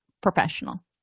professional